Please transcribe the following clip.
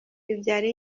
bibyara